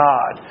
God